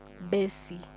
Bessie